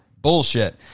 Bullshit